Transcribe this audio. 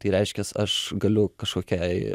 tai reiškias aš galiu kažkokiai